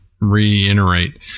reiterate